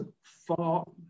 far